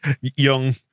Young